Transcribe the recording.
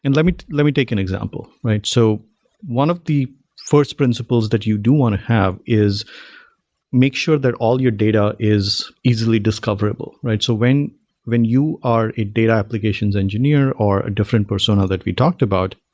and let me let me take an example, right? so one of the first principles that you do want to have is make sure that all your data is easily discoverable, right? so when when you are a data applications engineer or a different persona that we talked about,